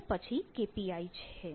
માં ફેરવાય છે